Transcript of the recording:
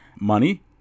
money